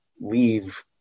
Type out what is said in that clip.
leave